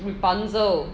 rapunzel